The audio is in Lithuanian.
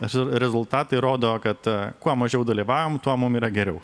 esu rezultatai rodo kad kuo mažiau dalyvaujam tuo mum yra geriau